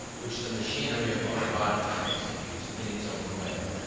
which the machinery of our bodies executes in its own way,